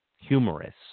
humorous